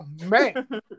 man